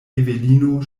evelino